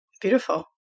Beautiful